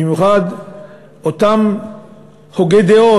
במיוחד אותם הוגי דעות,